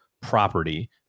property